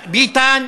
ביטן.